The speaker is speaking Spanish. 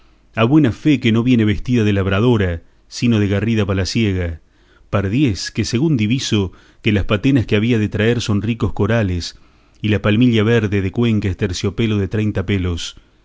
a buena fe que no viene vestida de labradora sino de garrida palaciega pardiez que según diviso que las patenas que había de traer son ricos corales y la palmilla verde de cuenca es terciopelo de treinta pelos